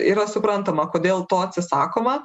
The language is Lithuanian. yra suprantama kodėl to atsisakoma